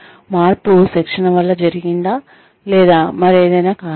మార్పు శిక్షణ వల్ల జరిగిందా లేదా మరేదైనా కారణమా